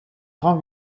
grand